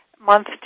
month